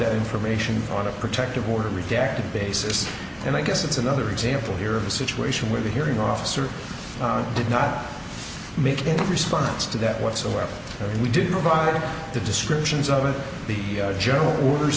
that information on a protective order redacted basis and i guess it's another example here of a situation where the hearing officer did not make any response to that whatsoever and we did provide the descriptions of the general orders